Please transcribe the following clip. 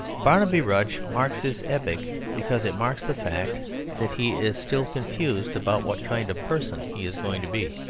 barnaby rudge marks this epoch because it marks the fact that he is still confused about what kind of person he is going to be.